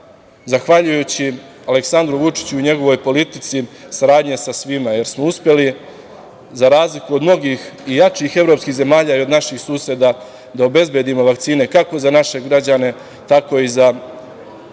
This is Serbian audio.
zahvaljujući Aleksandru Vučiću i njegovoj politici, saradnji sa svima, jer smo uspeli, za razliku od mnogih i jačih evropskih zemalja i naših suseda, da obezbedimo vakcine, kako za naše građane, tako i za ljude,